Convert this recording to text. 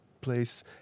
place